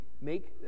make